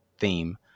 theme